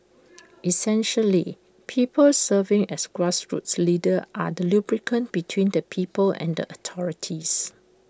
essentially people serving as grassroots leaders are the lubricant between the people and the authorities